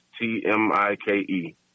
T-M-I-K-E